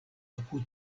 apud